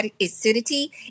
acidity